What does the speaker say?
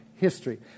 history